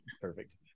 Perfect